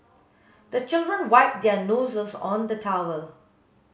the children wipe their noses on the towel